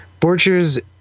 Borchers